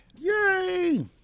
Yay